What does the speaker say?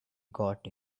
got